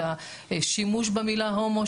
את השימוש במילה הומו,